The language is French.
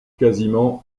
quasiment